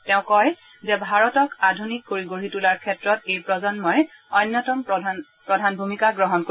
তেওঁ কয় যে ভাৰতক আধুনিক কৰি গঢ়ি তোলাৰ ক্ষেত্ৰত এই প্ৰজন্মই অন্যতম প্ৰধান ভূমিকা গ্ৰহণ কৰিব